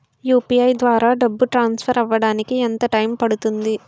UPI ద్వారా డబ్బు transfer అవ్వడానికి ఎంత టైం పడుతుంది?